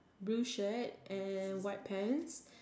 blue shirt white pants